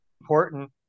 important